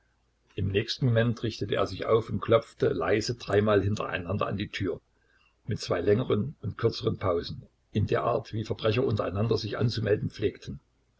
im nächsten moment richtete er sich auf und klopfte leise dreimal hintereinander an die tür mit zwei längeren und kürzeren pausen in der art wie verbrecher untereinander sich anzumelden pflegten